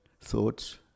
...thoughts